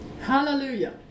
Hallelujah